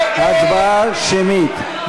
הצבעה שמית.